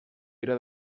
pere